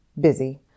busy